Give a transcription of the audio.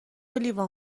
لیوان